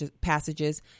passages